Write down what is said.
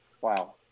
wow